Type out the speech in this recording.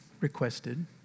requested